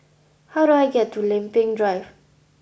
how do I get to Lempeng Drive